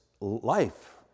life